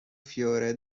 fiore